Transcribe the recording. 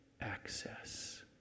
access